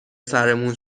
سرمون